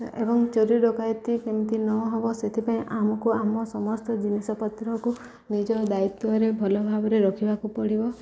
ଏବଂ ଚୋରି ଡକାୟତି କେମିତି ନ ହବ ସେଥିପାଇଁ ଆମକୁ ଆମ ସମସ୍ତ ଜିନିଷପତ୍ରକୁ ନିଜ ଦାୟିତ୍ୱରେ ଭଲ ଭାବରେ ରଖିବାକୁ ପଡ଼ିବ